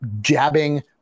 jabbing